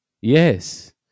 Yes